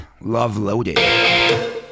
love-loaded